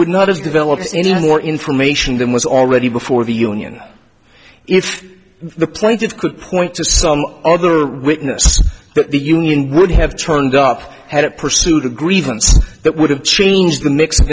would not has developed any more information than was already before the union if the plaintiff could point to some other witness but the union would have turned up had it pursued a grievance that would have changed the mix of